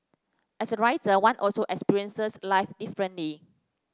as a writer one also experiences life differently